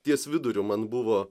ties viduriu man buvo